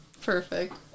perfect